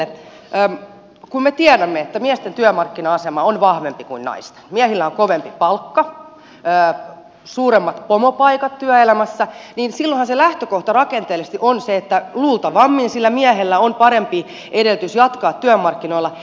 kun me tiedämme että miesten työmarkkina asema on vahvempi kuin naisten miehillä on kovempi palkka suuremmat pomopaikat työelämässä niin silloinhan se lähtökohta rakenteellisesti on se että luultavammin sillä miehellä on parempi edellytys jatkaa työmarkkinoilla